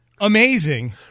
amazing